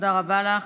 תודה רבה לך.